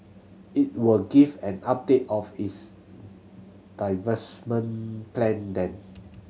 it will give an update of its divestment plan then